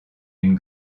une